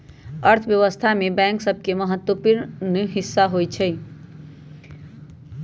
अर्थव्यवस्था में बैंक सभके महत्वपूर्ण हिस्सा होइ छइ